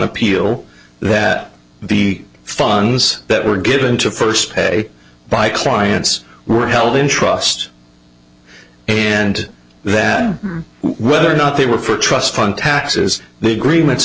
appeal that the funds that were given to first pay by clients were held in trust and then whether or not they were for a trust fund taxes the agreements